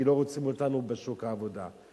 כי לא רוצים אותנו בשוק העבודה.